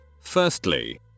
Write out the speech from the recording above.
Firstly